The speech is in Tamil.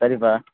சரிப்பா